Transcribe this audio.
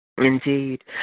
indeed